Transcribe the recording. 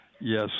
Yes